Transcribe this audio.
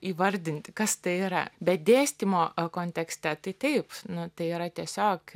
įvardinti kas tai yra bet dėstymo kontekste tai taip nu tai yra tiesiog